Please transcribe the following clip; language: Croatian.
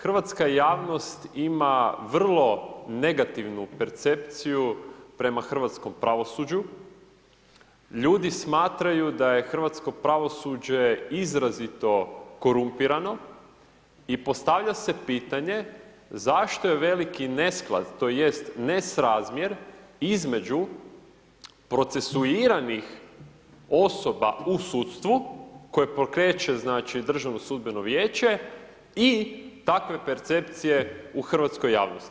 Hrvatska javnost ima vrlo negativnu percepciju prema hrvatskom pravosuđu, ljudi smatraju da je hrvatsko pravosuđe izrazito korumpirano i postavlja se pitanje zašto je veliki nesklad tj. nesrazmjer između procesuiranih osoba u sudstvu koje pokreće, znači, Državno sudbeno vijeće i takve percepcije u hrvatskoj javnosti?